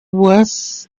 was